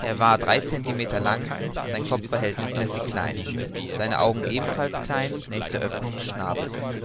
er war drei decimeter lang sein kopf verhältnißmäßig klein seine augen ebenfalls klein